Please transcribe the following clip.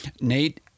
nate